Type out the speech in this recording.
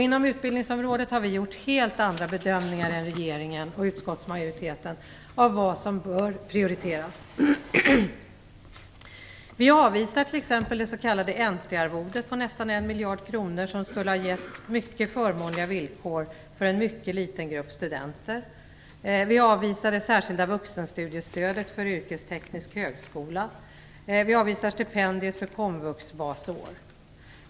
Inom utbildningsområdet har vi gjort helt andra bedömningar än regeringen och utskottsmajoriteten av vad som bör prioriteras. Vi avvisar t.ex. det s.k. NT-arvodet på nästan en miljard kronor, som skulle ha gett mycket förmånliga villkor för en mycket liten grupp studenter. Vi avvisar det särskilda vuxenstudiestödet för Yrkesteknisk högskola och stipendiet för komvuxbasår.